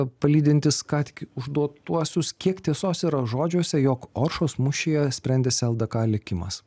palydintis ką tik užduotuosius kiek tiesos yra žodžiuose jog oršos mūšyje sprendėsi ldk likimas